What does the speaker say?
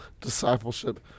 discipleship